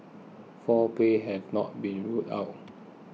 foul play has not been ruled out